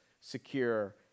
secure